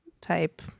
type